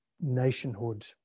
nationhood